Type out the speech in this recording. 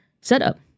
setup